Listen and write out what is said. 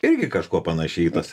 irgi kažkuo panaši į tas